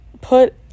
put